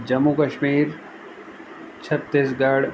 Jammu Kashmir Chhattisgarh